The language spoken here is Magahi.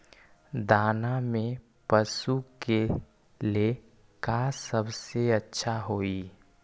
दाना में पशु के ले का सबसे अच्छा होई?